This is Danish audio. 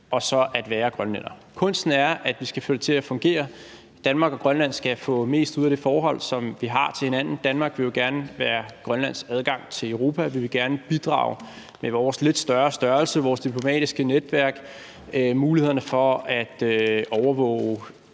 og så at være grønlænder. Kunsten er at få det til at fungere. Danmark og Grønland skal få mest muligt ud af det forhold, som vi har til hinanden. Danmark vil jo gerne være Grønlands adgang til Europa, og vi vil gerne bidrage med vores lidt større størrelse i forhold til vores diplomatiske netværk og mulighederne for at overvåge